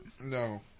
No